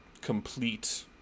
complete